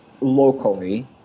locally